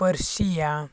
persia